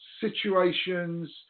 situations